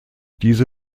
diese